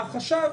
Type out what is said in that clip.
החשב